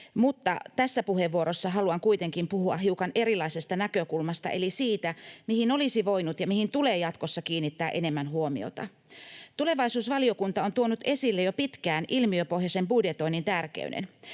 mutta tässä puheenvuorossa haluan kuitenkin puhua hiukan erilaisesta näkökulmasta eli siitä, mihin olisi voinut ja mihin tulee jatkossa kiinnittää enemmän huomiota. Tulevaisuusvaliokunta on tuonut esille jo pitkään ilmiöpohjaisen budjetoinnin tärkeyden.